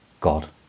God